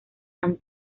han